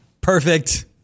Perfect